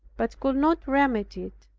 but could not remedy it.